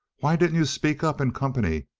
why didn't you speak up in company?